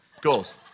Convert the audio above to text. Goals